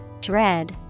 dread